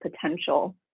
potential